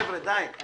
חבר'ה, די.